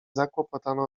zakłopotany